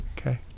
Okay